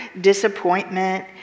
disappointment